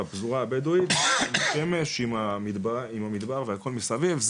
בפזורה הבדואית - בשמש עם המדבר והכל מסביב.